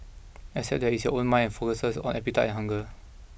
except that it's your own mind and focuses on appetite and hunger